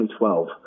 2012